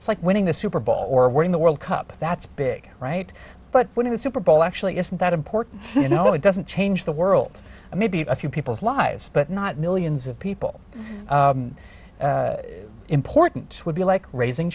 it's like winning the super bowl or wearing the world cup that's big right but when a super bowl actually isn't that important you know it doesn't change the world maybe a few people's lives but not millions of people important would be like raising